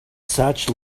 such